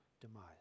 demise